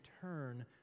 turn